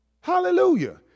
Hallelujah